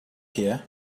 here